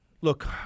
Look